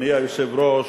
אדוני היושב-ראש,